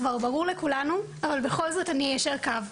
כבר ברור לכולנו אבל בכל זאת אני איישר קו.